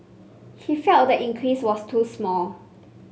he felt the increase was too small